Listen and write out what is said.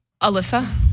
Alyssa